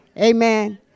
Amen